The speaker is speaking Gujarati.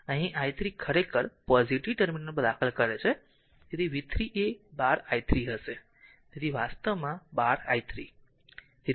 અને અહીં i 3 ખરેખર પોઝીટીવ ટર્મિનલ દાખલ કરે છે તેથી v 3 એ 12 i 3 હશે તેથી v 3 વાસ્તવમાં 12 i 3